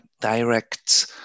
direct